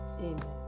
Amen